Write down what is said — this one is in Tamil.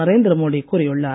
நரேந்திரமோடி கூறியுள்ளார்